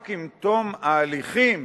רק עם תום ההליכים